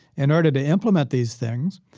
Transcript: in order to implement these things,